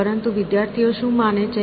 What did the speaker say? પરંતુ વિદ્યાર્થીઓ શું માને છે